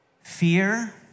Fear